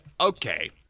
okay